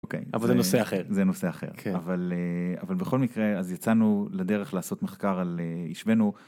אוקיי, אבל זה נושא אחר... זה נושא אחר, כן. אבל אה.. אבל בכל מקרה אז יצאנו לדרך לעשות מחקר על אה.. השווינו